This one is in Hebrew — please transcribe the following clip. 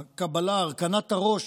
נקרא לזה, הקבלה, הרכנת הראש